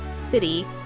City